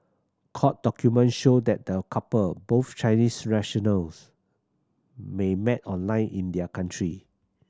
court document show that the couple both Chinese nationals may met online in their country